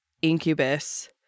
incubus